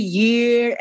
year